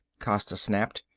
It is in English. costa snapped.